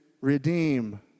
redeem